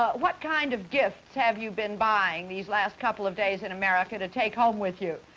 what kind of gifts have you been buying these last couple of days in america to take home with you?